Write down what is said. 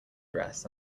dress